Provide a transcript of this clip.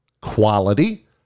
quality